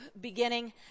beginning